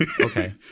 okay